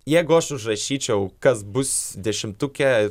jeigu aš užrašyčiau kas bus dešimtuke